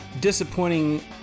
disappointing